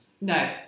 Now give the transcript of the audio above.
No